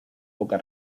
poca